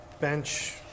bench